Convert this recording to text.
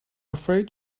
afraid